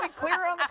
like clearer on